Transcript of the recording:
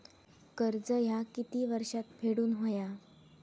कर्ज ह्या किती वर्षात फेडून हव्या?